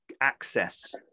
access